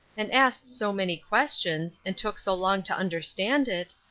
and asked so many questions, and took so long to understand it,